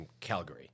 Calgary